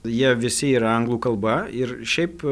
jie visi yra anglų kalba ir šiaip